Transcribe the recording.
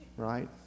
right